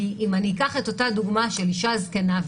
כי אם אני אקח את אותה דוגמה של אישה זקנה,